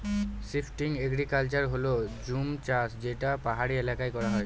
shifting agriculture হল জুম চাষ যেটা পাহাড়ি এলাকায় করা হয়